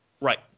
Right